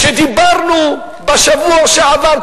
כשדיברנו שם בשבוע שעבר,